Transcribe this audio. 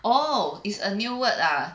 oh is a new word ah